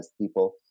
people